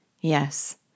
Yes